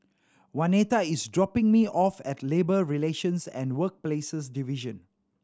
Waneta is dropping me off at Labour Relations and Workplaces Division